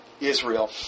Israel